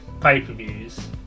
pay-per-views